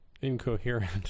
incoherent